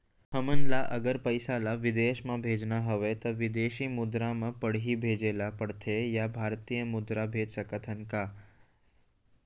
हमन ला अगर पइसा ला विदेश म भेजना हवय त विदेशी मुद्रा म पड़ही भेजे ला पड़थे या भारतीय मुद्रा भेज सकथन का?